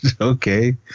Okay